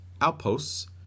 outposts